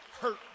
hurt